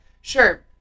sure